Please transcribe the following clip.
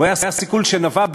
הוא היה סיכול שנבע,